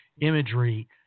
imagery